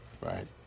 Right